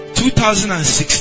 2016